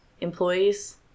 employees